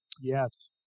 Yes